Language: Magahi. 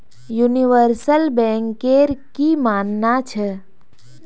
यूनिवर्सल बैंकेर की मानना छ